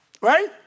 right